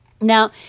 Now